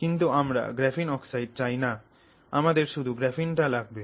কিন্তু আমরা graphene oxide চাই না আমাদের শুধু গ্রাফিন টা লাগবে